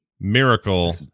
Miracle